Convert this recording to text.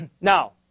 Now